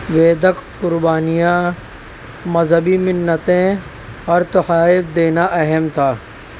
ویدک قربانیاں مذہبی منتیں اور تحائف دینا اہم تھا